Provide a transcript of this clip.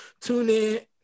TuneIn